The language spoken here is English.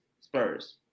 Spurs